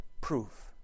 proof